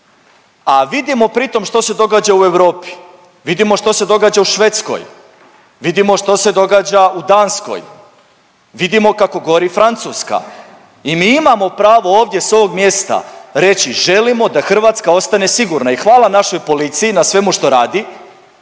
A vidimo pri tom što se događa u Europi, vidimo što se događa u Švedskoj. Vidimo što se događa u Danskoj, vidimo kako gori Francuska. I mi imamo pravo ovdje s ovog mjesta reći želimo da Hrvatska ostane sigurna. I hvala našoj policiji na svemu što radi,